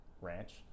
ranch